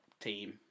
team